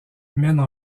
mène